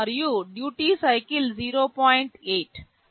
మరియు duty cycle 0